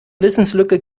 wissenslücke